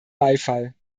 beifall